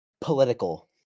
political